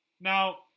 Now